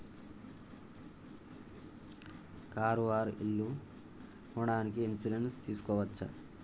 Car or ఇల్లు కొనడానికి insurance తీస్కోవచ్చా?